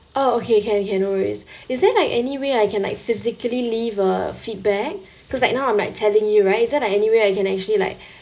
oh okay can can no worries is there like any way I can like physically leave a feedback cause like now I'm like telling you right is there like anywhere I can actually like